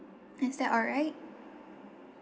is that alright